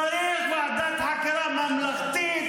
צריך ועדת חקירה ממלכתית,